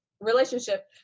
relationship